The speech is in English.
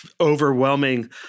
overwhelming